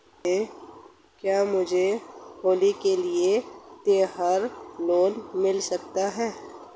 क्या मुझे होली के लिए त्यौहार लोंन मिल सकता है?